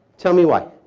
tell me why?